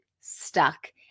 stuck